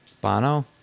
Bono